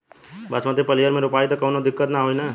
बासमती पलिहर में रोपाई त कवनो दिक्कत ना होई न?